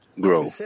grow